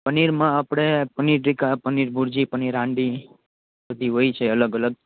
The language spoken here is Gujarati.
પનિરમા આપણે પનીર ટીકા પનીર જી પનીર હાંડી બધી હોય છે અલગ અલગ